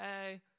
hey